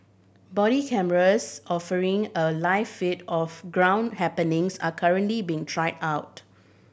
body cameras offering a live feed of ground happenings are currently being tried out